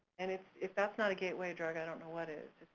and if if that's not a gateway drug, i don't know what is,